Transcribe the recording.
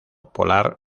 polar